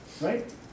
right